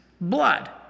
Blood